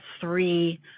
three